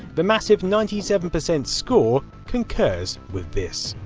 the massive ninety seven percent score concurs with this.